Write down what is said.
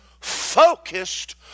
focused